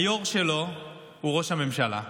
היו"ר שלו הוא ראש הממשלה.